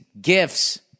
Gifts